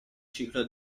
ciclo